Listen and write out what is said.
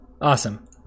Awesome